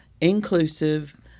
inclusive